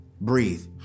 breathe